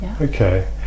Okay